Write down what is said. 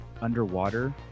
underwater